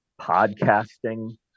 podcasting